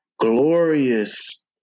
glorious